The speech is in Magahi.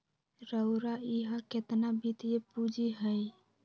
रउरा इहा केतना वित्तीय पूजी हए